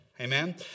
Amen